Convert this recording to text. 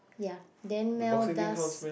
ya then mail does